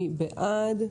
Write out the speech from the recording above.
מי בעד?